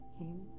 came